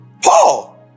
Paul